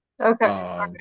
Okay